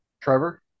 Trevor